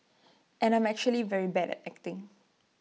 and I'm actually very bad at acting